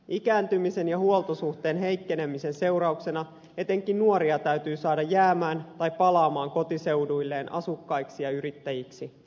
ikääntymisen ja huoltosuhteen heikkenemisen seurauksena etenkin nuoria täytyy saada jäämään tai palaamaan kotiseuduilleen asukkaiksi ja yrittäjiksi